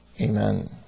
Amen